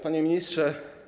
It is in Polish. Panie Ministrze!